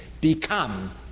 become